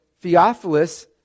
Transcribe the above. Theophilus